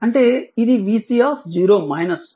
అంటే ఇది vC